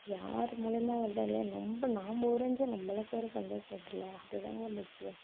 யார் மூலமா வருதோ இல்லையோ நம்ப நாம்ம வரைஞ்ச நம்பளுக்கு ஒரு சந்தோஷம் வருதுல்ல அதுதாங்க முக்கியம்